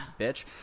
Bitch